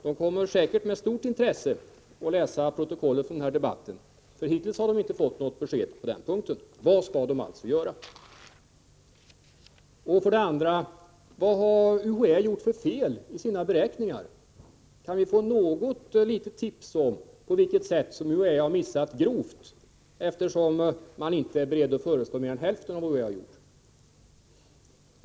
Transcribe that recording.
De kommer säkert att med stort intresse läsa protokollet från denna debatt, eftersom de hittills inte har fått något besked på denna punkt. Vad skall de alltså göra? Vad har UHÄ gjort för fel i sina beräkningar? Kan vi få något litet tips om på vilket sätt UHÄ har missat grovt, eftersom socialdemokraterna inte är beredda att inte föreslå mer än hälften av vad vi har gjort?